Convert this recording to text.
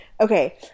okay